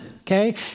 okay